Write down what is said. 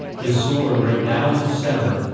the sword rang down to sever,